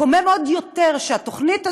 מקומם עוד יותר שהתוכנית הזאת,